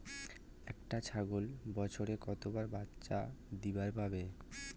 একটা ছাগল বছরে কতবার বাচ্চা দিবার পারে?